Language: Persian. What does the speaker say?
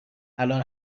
الان